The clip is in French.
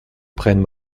prenne